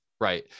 Right